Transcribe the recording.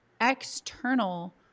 external